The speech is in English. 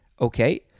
okay